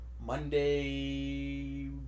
Monday